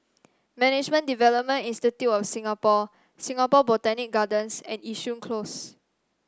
Management Development Institute of Singapore Singapore Botanic Gardens and Yishun Close